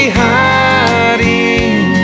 hiding